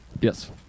Yes